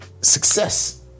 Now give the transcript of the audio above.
success